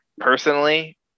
Personally